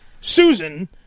Susan